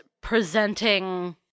presenting